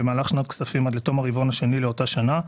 במהלך שנת כספים עד לתום הרבעון השני לאותה שנה,